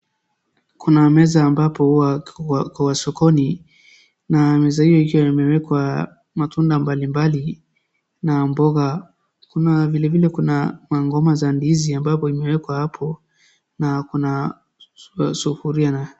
Kuna meza ambapo kwa sokoni, na meza hio ikiwa imewekwa matunda mbalimbali na mboga, kuna vilevile kuna magomba za ndizi ambapo imewekwa hapo, na kuna sufuria na.